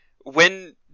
when-